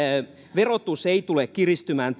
verotus ei tule kiristymään